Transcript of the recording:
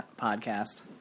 podcast